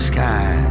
Sky